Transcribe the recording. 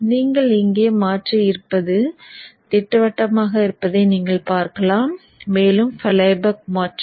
நீங்கள் இங்கே மாற்றியிருப்பது திட்டவட்டமாக இருப்பதை நீங்கள் பார்க்கலாம் மேலும் ஃப்ளைபேக் மாற்றி